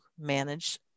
manage